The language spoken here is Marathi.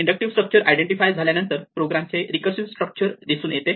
इंडक्टिव्ह स्ट्रक्चर आयडेंटिफाय झाल्यानंतर प्रोग्रामचे रीकर्सिव स्ट्रक्चर दिसून येते